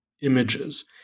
images